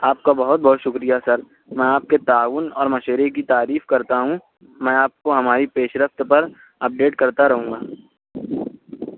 آپ کا بہت بہت شُکریہ سر میں آپ کے تعاون اور مشورے کی تعریف کرتا ہوں میں آپ کو ہماری پیش رفت پر اپڈیٹ کرتا رہوں گا